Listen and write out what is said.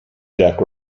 jack